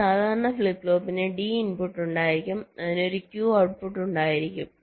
ഒരു സാധാരണ ഫ്ലിപ്പ് ഫ്ലോപ്പിന് D ഇൻപുട്ട് ഉണ്ടായിരിക്കും അതിന് ഒരു Q ഔട്ട്പുട്ട് ഉണ്ടായിരിക്കും